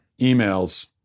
emails